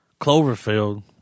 Cloverfield